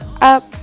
up